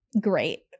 Great